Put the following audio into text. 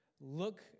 look